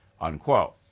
Unquote